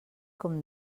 com